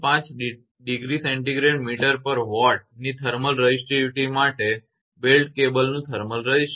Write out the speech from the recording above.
5 °C mtWatt °સે metre watt ની thermal resistivity માટે બેલ્ટ કેબલનું થર્મલ રેઝિસ્ટન્સ